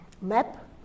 map